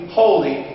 holy